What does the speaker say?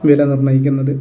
വില നിർണ്ണയിക്കുന്നത്